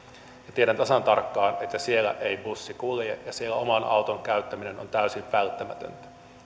tiedän tasan tarkkaan että siellä ei bussi kulje ja siellä oman auton käyttäminen on täysin välttämätöntä